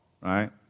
right